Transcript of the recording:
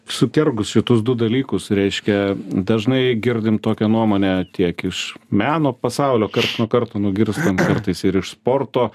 sukergus šitus du dalykus reiškia dažnai girdim tokią nuomonę tiek iš meno pasaulio karts nuo karto nugirstam kartais ir iš sporto